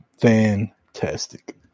fantastic